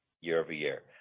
year-over-year